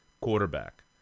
quarterback